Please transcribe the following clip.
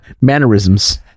mannerisms